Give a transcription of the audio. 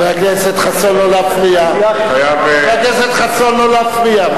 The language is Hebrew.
חבר הכנסת חסון, לא להפריע.